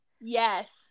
Yes